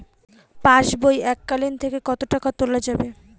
পাশবই এককালীন থেকে কত টাকা তোলা যাবে?